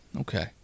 Okay